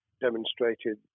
demonstrated